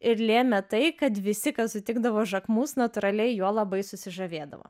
ir lėmė tai kad visi kas sutikdavo žakmus natūraliai juo labai susižavėdavo